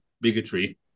bigotry